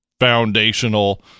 foundational